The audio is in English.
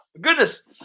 goodness